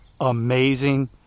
amazing